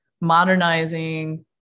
modernizing